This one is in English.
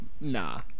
Nah